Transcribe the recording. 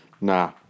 Nah